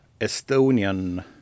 Estonian